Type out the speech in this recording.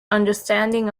understanding